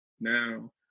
now